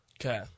Okay